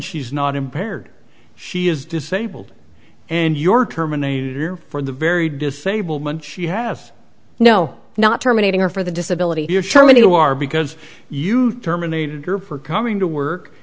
she's not impaired she is disabled and your terminate here for the very disablement you have no not terminating her for the disability chairman you are because you terminated or for coming to work